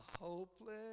hopeless